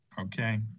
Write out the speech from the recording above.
Okay